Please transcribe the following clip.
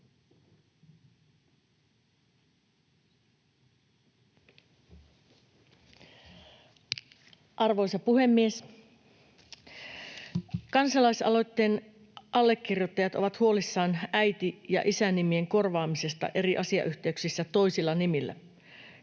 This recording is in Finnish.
Arvoisa puhemies! Kansalaisaloitteen allekirjoittajat ovat huolissaan äiti- ja isä-nimien korvaamisesta eri asiayhteyksissä toisilla nimillä.